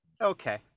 Okay